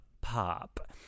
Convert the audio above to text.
pop